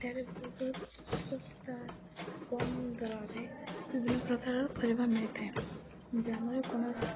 ଏଠାରେ ବହୁତ ଶସ୍ତା କମ୍ ଦରରେ ବିଭିନ୍ନ ପ୍ରକାରର ପରିବା ମିଳିଥାଏ ଗ୍ରାମରେ କୌଣସି